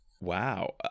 Wow